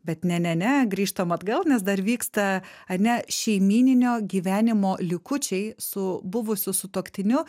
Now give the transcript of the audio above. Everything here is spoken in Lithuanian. bet ne ne ne grįžtam atgal nes dar vyksta ane šeimyninio gyvenimo likučiai su buvusiu sutuoktiniu